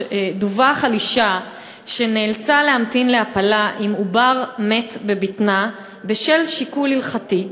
דווח על אישה שנאלצה להמתין להפלה עם עובר מת בבטנה בשל שיקול הלכתי.